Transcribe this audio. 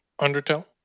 Undertale